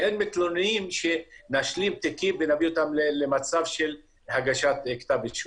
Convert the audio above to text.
שהם מתלוננים שנשלים תיקים ונביא אותם למצב של הגשת כתב אישום.